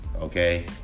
Okay